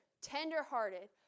tenderhearted